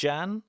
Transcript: Jan